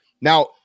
Now